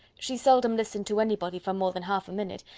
she seldom listened to anybody for more than half a minute,